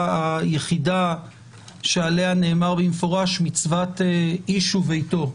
היחידה שעליה נאמר במפורש: מצוות איש וביתו.